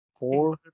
Four